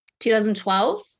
2012